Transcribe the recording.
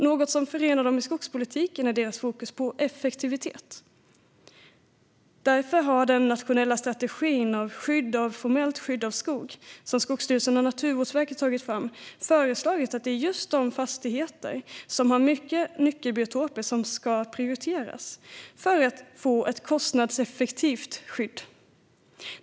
Något som förenar dem i skogspolitiken är deras fokus på effektivitet. Därför har den nationella strategin för skydd av formellt skydd av skog, som Skogsstyrelsen och Naturvårdsverket tagit fram, föreslagit att det är just de fastigheter som har mycket nyckelbiotoper som ska prioriteras för att få ett kostnadseffektivt skydd.